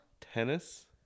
tennis